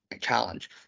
challenge